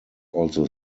also